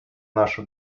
нашу